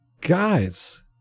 guys